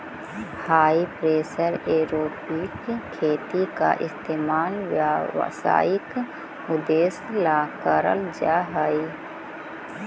हाई pressure aeroponic खेती का इस्तेमाल व्यावसायिक उद्देश्य ला करल जा हई